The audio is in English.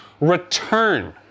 return